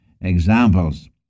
examples